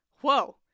Whoa